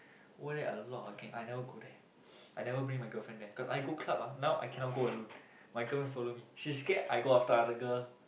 over there a lot of gang I never go there I never bring my girlfriend there cause I go club ah now I cannot go alone my girlfriend follow me she scared I go after other girl